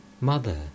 Mother